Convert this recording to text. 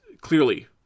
clearly